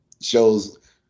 shows